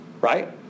Right